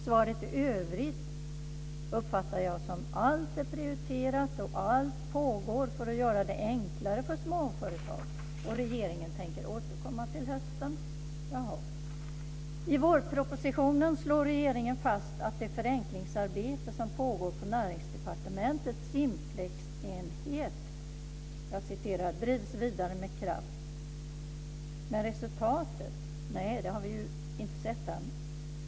Svaret i övrigt uppfattar jag som att allt är prioriterat, som att allt pågår för att göra det enklare för småföretag och som att regeringen tänker återkomma till hösten. Jaha. I vårpropositionen slår regeringen fast att det förenklingsarbete som pågår på Näringsdepartementets Simplexenhet drivs vidare med kraft. Men resultatet har vi inte sett ännu.